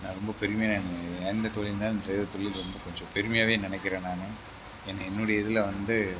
நான் ரொம்ப பெருமையாக நினைக்குறேன் எந்த தொழில்னால் டிரைவர் தொழில் ரொம்ப கொஞ்சம் பெருமையாகவே நினைக்கிறன் நான் ஏ என்னுடைய இதில் வந்து